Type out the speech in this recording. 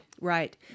Right